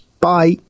Bye